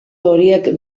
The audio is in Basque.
horiek